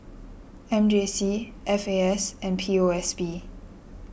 M J C F A S and P O S B